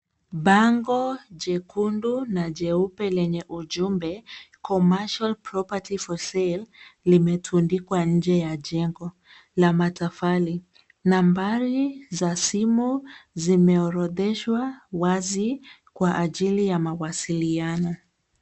Bango jekundu na jeupe lenye ujumbe; 'Commercial Property For Sale' limetundikwa nje ya jengo la matofali, nambari za simu zimeorodheshwa wazi kwa ajili ya mawasiliano.